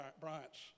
Bryant's